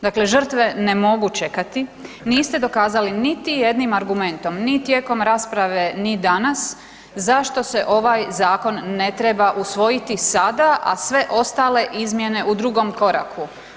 Dakle, žrtve ne mogu čekati, niste dokazali niti jednim argumentom, ni tijekom rasprave no danas zašto se ovaj zakon ne treba usvojiti sada a sve ostale a sve ostale izmjene u drugom koraku.